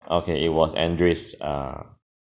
okay it was andris err